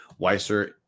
Weiser